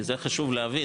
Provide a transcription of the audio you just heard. כי זה חשוב להבין,